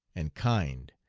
and kind,